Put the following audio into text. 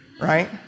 Right